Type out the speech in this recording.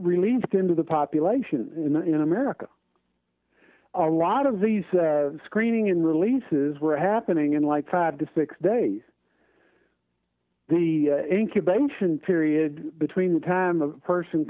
released into the population in america a lot of these screening and releases were happening in like five to six days the incubation period between the time a person